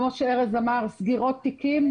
כמו שארז אמר, אין סגירות תיקים.